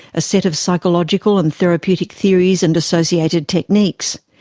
a set of psychological and therapeutic theories and associated techniques.